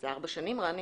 אבל זה ארבע שנים רני.